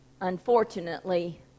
Unfortunately